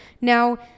now